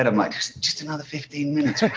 and i'm like, just another fifteen minutes.